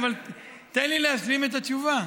אבל תן לי להשלים את התשובה.